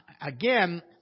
again